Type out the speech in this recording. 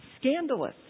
Scandalous